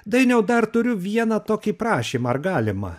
dainiau dar turiu vieną tokį prašymą ar galima